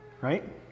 right